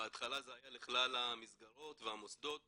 בהתחלה זה היה לכלל המסגרות והמוסדות